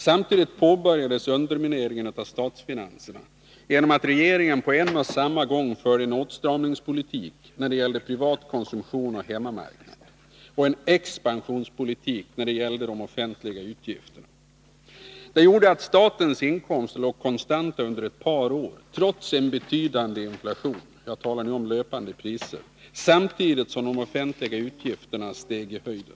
Samtidigt påbörjades undermineringen av statsfinanserna genom att regeringen på en och samma gång förde en åtstramningspolitik när det gällde privat konsumtion och hemmamarknad och en expansionspolitik när det gällde de offentliga utgifterna. Det gjorde att statens inkomster låg konstanta under ett par år, trots en betydande inflation — jag talar nu om löpande priser — samtidigt som de offentliga utgifterna steg i höjden.